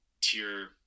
tier